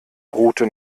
route